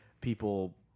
people